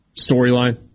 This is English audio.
storyline